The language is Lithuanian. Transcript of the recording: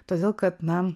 todėl kad na